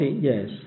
yes